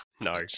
no